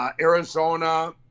Arizona